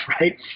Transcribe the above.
right